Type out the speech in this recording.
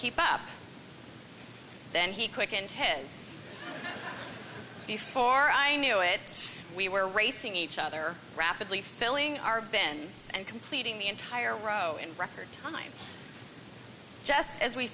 keep up then he quickened heads before i knew it we were racing each other rapidly filling our bends and completing the entire row in record time just as we